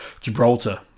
Gibraltar